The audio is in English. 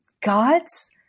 God's